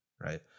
right